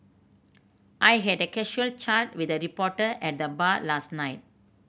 I had a casual chat with a reporter at the bar last night